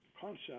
concept